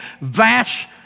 vast